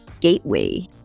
Gateway